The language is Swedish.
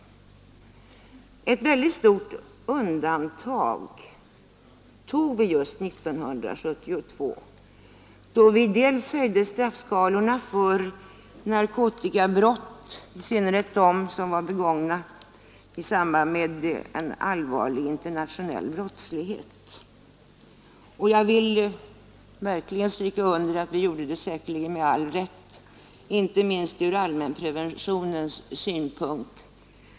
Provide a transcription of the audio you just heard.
Ett mycket stort undantag gjordes 1972 då vi höjde straffskalorna för narkotikabrott, i synnerhet för sådana som begåtts i samband med allvarlig internationell brottslighet, och beslöt restriktivitet beträffande permissioner, anstaltsplacering och villkorlig frigivning. Jag vill verkligen stryka under att denna åtgärd säkerligen var berättigad, inte minst ur allmänpreventionens synpunkt.